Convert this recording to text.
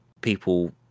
people